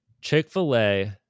Chick-fil-A